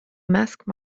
masques